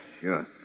Sure